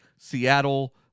Seattle